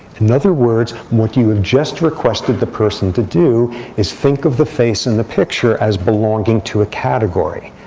in other words, what you have just requested the person to do is think of the face in the picture as belonging to a category,